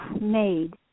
made